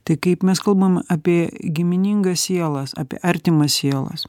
tai kaip mes kalbam apie giminingas sielas apie artimas sielas